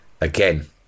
again